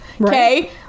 okay